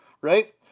right